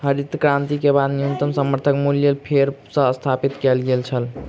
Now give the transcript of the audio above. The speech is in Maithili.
हरित क्रांति के बाद न्यूनतम समर्थन मूल्य फेर सॅ स्थापित कय गेल छल